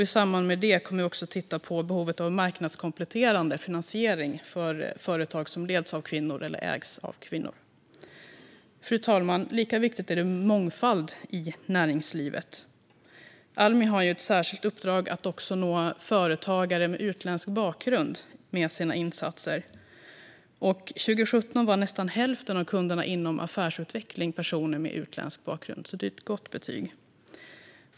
I samband med det kommer vi också att titta på behovet av marknadskompletterande finansiering för företag som leds av kvinnor eller som ägs av kvinnor. Fru talman! Lika viktigt är det med mångfald i näringslivet. Almi har ett särskilt uppdrag att också nå företagare med utländsk bakgrund med sina insatser. Under 2017 var nästan hälften av kunderna inom affärsutveckling personer med utländsk bakgrund. Det är alltså ett gott betyg.